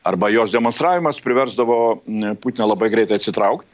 arba jos demonstravimas priversdavo putiną labai greit atsitraukt